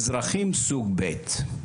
אזרחים סוג ב'.